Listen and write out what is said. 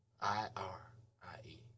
i-r-i-e